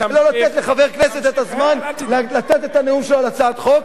לא לתת לחבר כנסת את הזמן לתת את הנאום שלו על הצעת חוק,